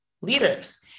leaders